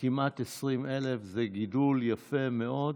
לכמעט 20,000. זה גידול יפה מאוד,